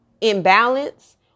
imbalance